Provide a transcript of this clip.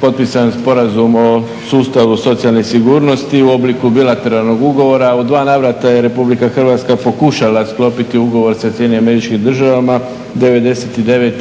potpisan Sporazum o sustavu socijalne sigurnosti u obliku bilateralnog ugovora. U dva navrata je Republika Hrvatska pokušala sklopiti ugovor sa SAD-om '99.